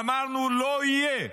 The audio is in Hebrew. אמרנו: לא יהיה,